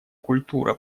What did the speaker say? культура